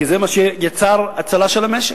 כי זה מה שיצר הצלה של המשק.